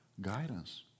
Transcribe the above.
guidance